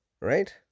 right